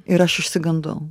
ir aš išsigandau